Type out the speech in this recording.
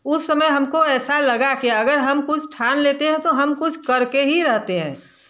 उस समय हमको ऐसा लगा कि अगर हम कुछ ठान लेते हैं तो हम कुछ करके ही रहते हैं